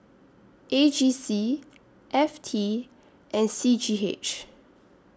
A G C F T and C G H